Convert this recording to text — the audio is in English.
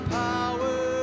power